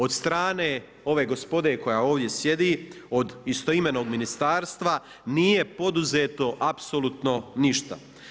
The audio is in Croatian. Od strane ove gospode koja ovdje sjedi, od istoimenog ministarstva, nije poduzeto apsolutno ništa.